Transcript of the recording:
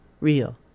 real